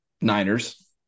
Niners